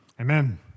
Amen